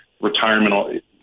retirement